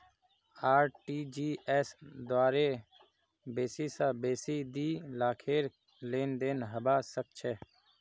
RTGS द्वारे बेसी स बेसी दी लाखेर लेनदेन हबा सख छ